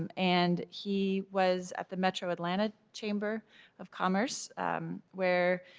um and he was at the metro atlanta chamber of commerce where